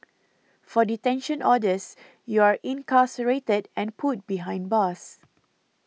for detention orders you're incarcerated and put behind bars